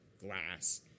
glass